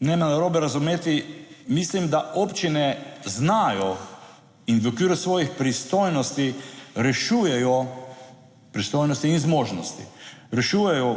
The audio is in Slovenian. ne me narobe razumeti, mislim, da občine znajo in v okviru svojih pristojnosti rešujejo pristojnosti in zmožnosti, rešujejo